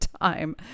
time